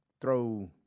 throw